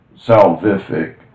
salvific